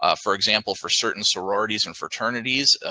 ah for example, for certain sororities and fraternities,